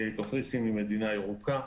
קפריסין היא מדינה ירוקה.